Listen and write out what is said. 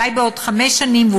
אולי בעוד חמש שנים,